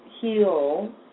heal